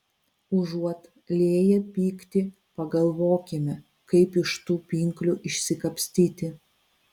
užuot lieję pyktį pagalvokime kaip iš tų pinklių išsikapstyti